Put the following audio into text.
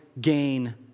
gain